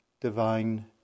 divine